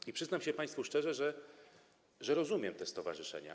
I przyznam się państwu szczerze, że rozumiem te stowarzyszenia.